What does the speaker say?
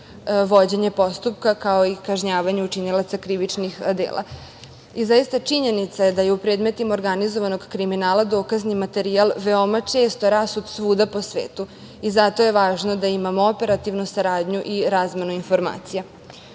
vođenje postupka, kao i kažnjavanje učinilaca krivičnih dela. Zaista, činjenica je da je u predmetima organizovanog kriminala dokazni materijal veoma često rasut svuda po svetu i zato je važno da imamo operativnu saradnju i razmenu informacija. Što